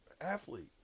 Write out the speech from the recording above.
athlete